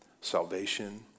salvation